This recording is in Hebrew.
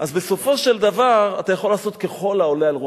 אז בסופו של דבר אתה יכול לעשות ככל העולה על רוחך.